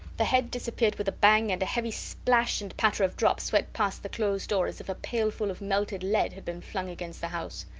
the head disappeared with a bang, and a heavy splash and patter of drops swept past the closed door as if a pailful of melted lead had been flung against the house.